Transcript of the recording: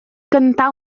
cantar